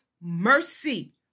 mercy